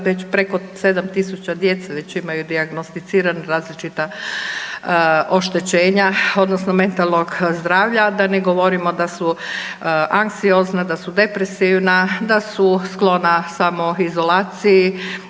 već preko 7000 djece već imaju dijagnosticirana različita oštećenja odnosno mentalnog zdravlja, da ne govorimo da su anksiozne, da su depresivna, da su sklona samoizolaciji,